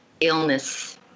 illness